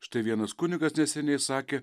štai vienas kunigas neseniai sakė